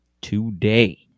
today